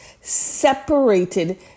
separated